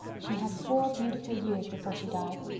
she had four beautiful years before she died.